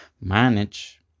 manage